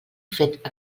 fet